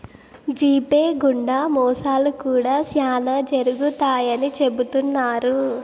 GPay గుండా మోసాలు కూడా శ్యానా జరుగుతాయని చెబుతున్నారు